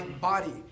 body